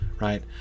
right